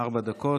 אדוני, ארבע דקות.